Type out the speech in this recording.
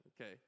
okay